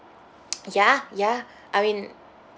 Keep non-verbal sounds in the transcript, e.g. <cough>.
<noise> ya ya <breath> I mean